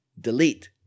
delete